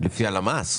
-- לפי הלמ"ס?